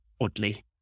oddly